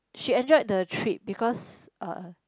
she enjoyed the trip because uh